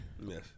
Yes